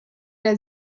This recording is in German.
der